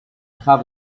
have